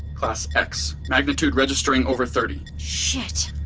class x. magnitude registering over thirty shiiiiit.